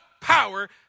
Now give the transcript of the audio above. power